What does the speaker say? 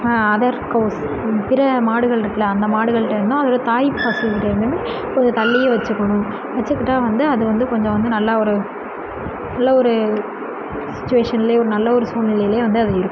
other cows பிற மாடுகள் இருக்கில்ல அந்த மாடுகள்கிட்டேருந்தும் அதோட தாய்ப்பசுகிட்டேருந்துமே கொஞ்சம் தள்ளியே வச்சுக்கணும் வச்சுக்கிட்டா வந்து அது வந்து கொஞ்சம் வந்து நல்லா ஒரு நல்ல ஒரு சுச்சுவேஷன்லேயே ஒரு நல்ல ஒரு சூழ்நிலையிலேயே வந்து அது இருக்கும்